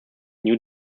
new